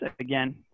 again